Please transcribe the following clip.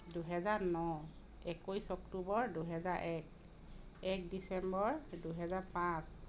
দুহেজাৰ ন একৈছ অক্টোবৰ দুহেজাৰ এক এক ডিচেম্বৰ দুহেজাৰ পাঁচ